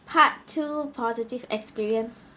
part two positive experience